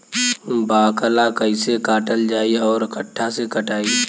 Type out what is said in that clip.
बाकला कईसे काटल जाई औरो कट्ठा से कटाई?